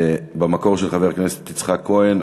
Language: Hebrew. במקור של חבר הכנסת יצחק כהן,